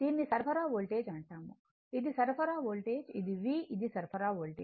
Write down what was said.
దీనిని సరఫరా వోల్టేజ్ అంటాము ఇది సరఫరా వోల్టేజ్ ఇది V ఇది సరఫరా వోల్టేజ్